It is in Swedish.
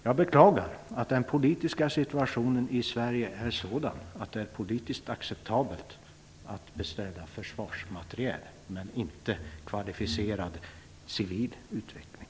Jag beklagar att den politiska situationen i Sverige är sådan att det är politiskt acceptabelt att beställa försvarsmateriel men inte kvalificerad civil utveckling.